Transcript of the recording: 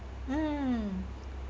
mm